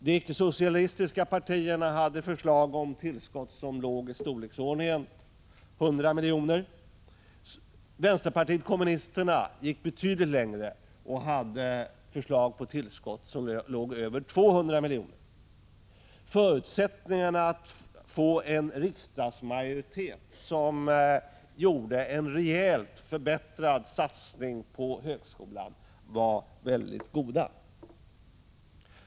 De icke-socialistiska partierna hade förslag om tillskott i storleksordningen 100 miljoner. Vänsterpartiet kommunisterna gick betydligt längre och hade förslag om tillskott på över 200 miljoner. Förutsättningarna att få en riksdagsmajoritet för en rejält förbättrad satsning på högskolan var mycket goda.